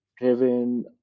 driven